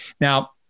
Now